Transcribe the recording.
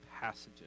passages